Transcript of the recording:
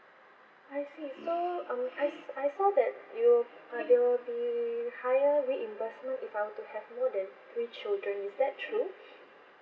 I see so um I I saw that you uh there will be higher reimbursement if I want to have more than three children is that true